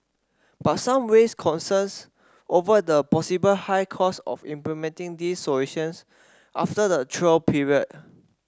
but some raised concerns over the possible high cost of implementing these solutions after the trial period